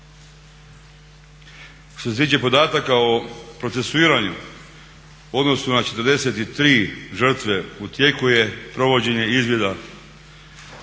Što se tiče podataka o procesuiranju u odnosu na 43 žrtve u tijeku je provođenje izvida,